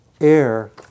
air